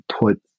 put